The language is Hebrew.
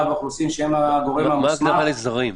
והאוכלוסין- -- מה ההגדרה של זרים?